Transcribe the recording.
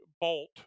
Bolt